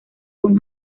con